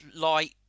light